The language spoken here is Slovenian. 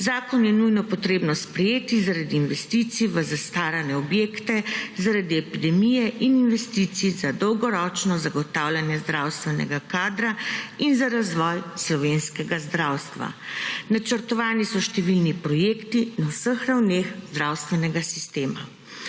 Zakon je nujno potrebno sprejeti zaradi investicij v zastarane objekte, zaradi epidemije in investicij za dolgoročno zagotavljanje zdravstvenega kadra in za razvoj slovenskega zdravstva. Načrtovani so številni projekti na vseh ravneh zdravstvenega sistema.